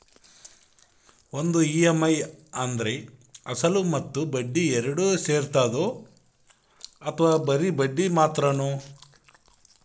ಒಂದು ಇ.ಎಮ್.ಐ ಅಂದ್ರೆ ಅಸಲು ಮತ್ತೆ ಬಡ್ಡಿ ಎರಡು ಸೇರಿರ್ತದೋ ಅಥವಾ ಬರಿ ಬಡ್ಡಿ ಮಾತ್ರನೋ?